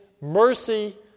mercy